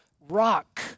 rock